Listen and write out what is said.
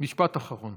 משפט אחרון.